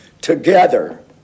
together